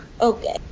Okay